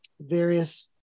various